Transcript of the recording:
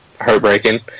heartbreaking